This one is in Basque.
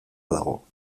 dago